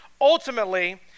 ultimately